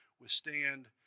withstand